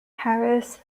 harris